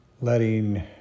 letting